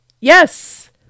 yes